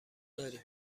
داریم